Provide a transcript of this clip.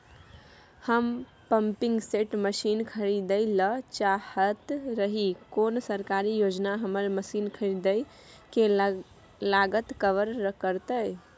हम pumping set machine खरीदैय ल चाहैत रही कोन सरकारी योजना हमर मसीन खरीदय के लागत कवर करतय?